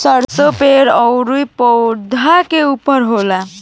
सरीसो पेड़ अउरी पौधा के ऊपर होखेला